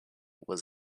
was